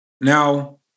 Now